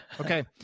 okay